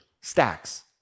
stacks